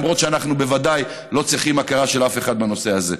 אם כי אנחנו בוודאי לא צריכים הכרה של אף אחד בנושא הזה.